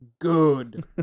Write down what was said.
good